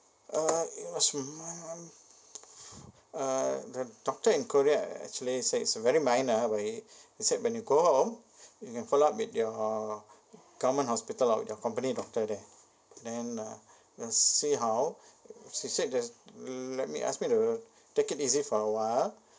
ah it was uh the doctor in korea actually says it's a very minor very he said when you go home you can follow up with your government hospital or your company doctor there then uh see how she says that let me ask me to take it easy for awhile